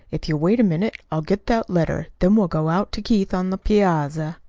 if you'll wait a minute i'll get that letter, then we'll go out to keith on the piazza.